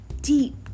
deep